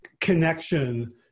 connection